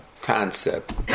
concept